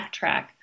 backtrack